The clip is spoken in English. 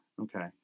Okay